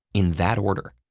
in that order.